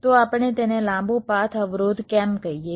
તો આપણે તેને લાંબો પાથ અવરોધ કેમ કહીએ